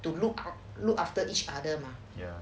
to look look after each other